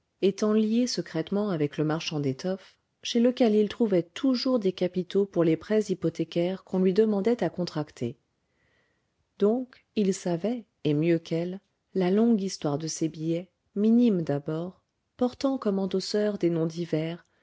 étant lié secrètement avec le marchand d'étoffes chez lequel il trouvait toujours des capitaux pour les prêts hypothécaires qu'on lui demandait à contracter donc il savait et mieux qu'elle la longue histoire de ces billets minimes d'abord portant comme endosseurs des noms divers